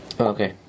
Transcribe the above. Okay